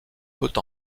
côte